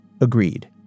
agreed